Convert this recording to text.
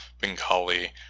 Bengali